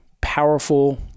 powerful